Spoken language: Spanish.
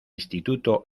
instituto